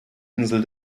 insel